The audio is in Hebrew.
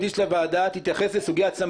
הוועדה לתשתיות לאומיות שדנה בתוכנית הזו.